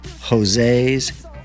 Jose's